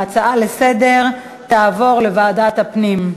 ההצעה לסדר-היום תעבור לוועדת הפנים.